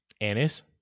anise